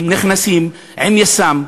נכנסים עם יס"מ,